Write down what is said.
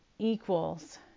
Equals